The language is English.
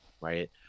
Right